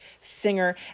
singer